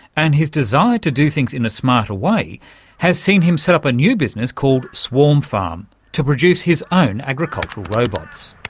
and his desire to do things in a smarter way has seen him set up a new business called swarmfarm to produce his own agricultural robotsengineer